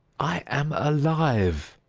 i am alive,